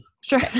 Sure